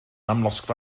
amlosgfa